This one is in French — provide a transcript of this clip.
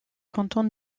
canton